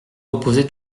reposer